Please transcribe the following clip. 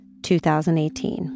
2018